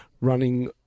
running